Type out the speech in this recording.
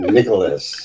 Nicholas